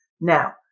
Now